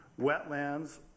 Wetlands